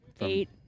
Eight